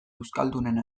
euskaldunen